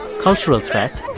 cultural threat.